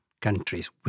countries